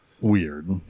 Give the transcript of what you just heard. weird